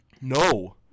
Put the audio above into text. No